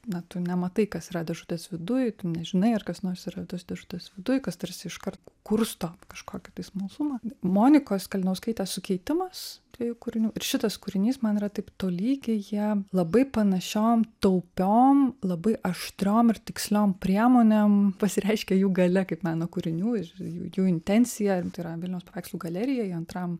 na tu nematai kas yra dėžutės viduj tu nežinai ar kas nors yra tos dėžutės viduj kas tarsi iškart kursto kažkokį tai smalsumą monikos kalinauskaitės sukeitimas dviejų kūrinių ir šitas kūrinys man yra taip tolygiai jie labai panašiom taupiom labai aštriom ir tiksliom priemonėm pasireiškia jų galia kaip meno kūrinių ir jų jų intencija tai yra vilniaus paveikslų galerijai antram